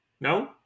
No